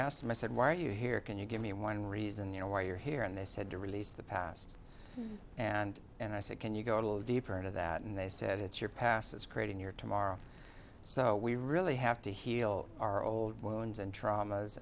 asked my said why are you here can you give me one reason why you're here and they said to release the past and and i said can you go a little deeper into that and they said it's your passes creating your tomorrow so we really have to heal our old wounds and traumas